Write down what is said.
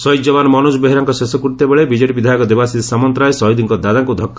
ଶହୀଦ ଯବାନ ମନୋଜ ବେହେରାଙ୍କ ଶେଷକୃତ୍ୟ ବେଳେ ବିଜେଡ଼ି ବିଧାୟକ ଦେବାଶିଷ ସାମନ୍ତରାୟ ଶହୀଦଙ୍ଙ ଦାଦାଙ୍ଙୁ ଧକୁ